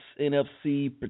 NFC